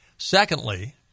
Secondly